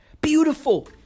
Beautiful